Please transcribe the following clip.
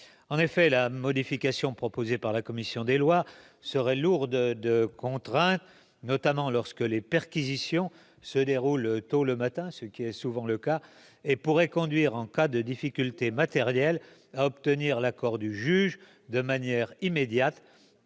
En effet, la modification proposée par la commission serait lourde de contraintes, notamment lorsque les perquisitions se déroulent tôt le matin, ce qui est souvent le cas, et pourrait conduire, en cas de difficulté matérielle à obtenir l'accord du juge de manière immédiate,